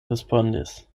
respondis